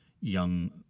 young